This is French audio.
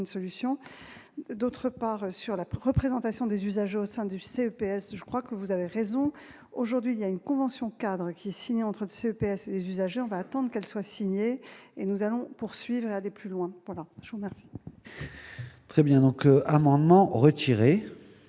solution, d'autre part sur la représentations des usagers au sein du CNPF je crois que vous avez raison, aujourd'hui, il y a une convention-cadre qui signé entre Monsieur PS : les usagers, on va attendre qu'elle soit signé et nous allons poursuivre à des plus loin, je vous remercie. Très bien donc amendement retiré